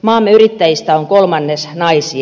maamme yrittäjistä on kolmannes naisia